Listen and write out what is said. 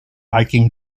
hiking